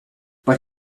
but